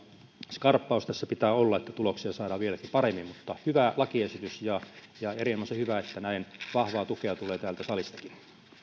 skarppaus tässä pitää olla että tuloksia saadaan vieläkin paremmin mutta hyvä lakiesitys ja ja erinomaisen hyvä että näin vahvaa tukea tulee täältä salistakin